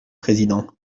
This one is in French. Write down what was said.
président